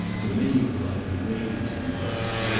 familiar by engravings and busts,